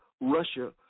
Russia